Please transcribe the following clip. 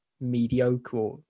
mediocre